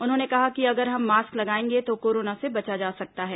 उन्होंने कहा कि अगर हम मास्क लगाएंगे तो कोरोना से बचा जा सकता है